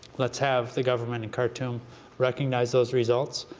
let's have the government in khartoum recognize those results,